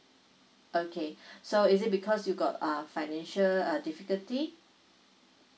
okay so is it because you got uh financial uh difficulty